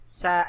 sa